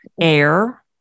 Air